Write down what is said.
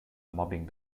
mobbing